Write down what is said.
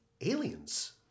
aliens